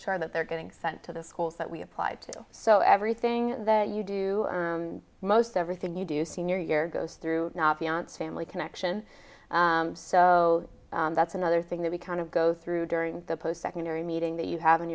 sure that they're getting sent to the schools that we applied to so everything that you do most everything you do senior year goes through family connection so that's another thing that we kind of go through during the post secondary meeting that you have in